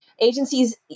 Agencies